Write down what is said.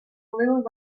little